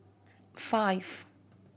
five